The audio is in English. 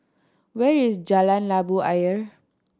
where is Jalan Labu Ayer